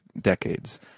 Decades